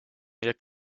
jak